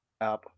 app